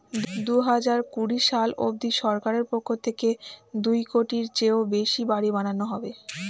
দুহাজার কুড়ি সাল অবধি সরকারের পক্ষ থেকে দুই কোটির চেয়েও বেশি বাড়ি বানানো হবে